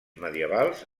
medievals